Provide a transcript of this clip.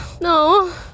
no